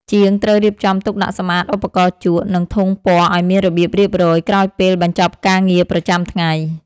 ជាងត្រូវរៀបចំទុកដាក់សម្អាតឧបករណ៍ជក់ និងធុងពណ៌ឱ្យមានរបៀបរៀបរយក្រោយពេលបញ្ចប់ការងារប្រចាំថ្ងៃ។